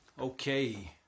Okay